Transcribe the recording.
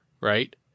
right